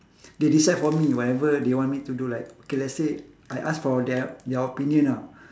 they decide for me whatever they want me to do like okay let's say I ask for their their opinion ah